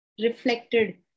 reflected